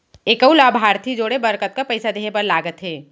एक अऊ लाभार्थी जोड़े बर कतका पइसा देहे बर लागथे?